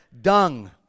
dung